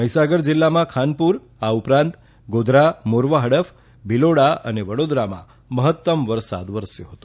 મહિસાગર જિલ્લામાં ખાનપુર ઉપરાંત ગોધરા મોરવા હડફ ભીલોડા અને વડોદરામાં મહત્તમ વરસાદ વરસ્યો હતો